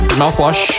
mouthwash